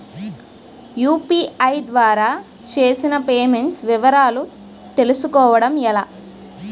UPI ద్వారా చేసిన payments వివరాలు తెలుసుకోవటం ఎలా?